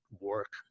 work